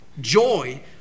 Joy